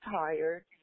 tired